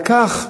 לכך,